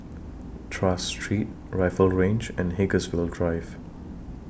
Tras Street Rifle Range and Haigsville Drive